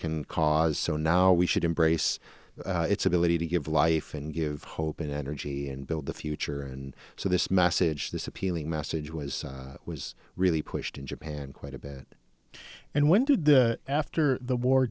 can cause so now we should embrace it's ability to give life and give hope and energy and build the future and so this message this appealing message was was really pushed in japan quite a bit and when did the after the war